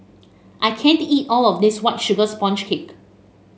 I can't eat all of this White Sugar Sponge Cake